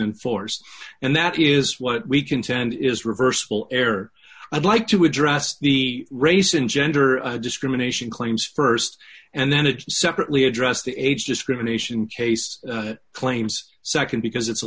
in force and that is what we contend is reversible error i'd like to address the race and gender discrimination claims st and then it separately address the age discrimination case claims nd because it's a